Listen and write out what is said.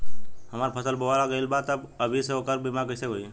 हमार फसल बोवा गएल बा तब अभी से ओकर बीमा कइसे होई?